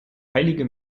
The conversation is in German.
heilige